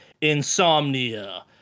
insomnia